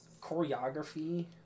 choreography